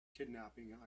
kidnapping